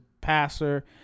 passer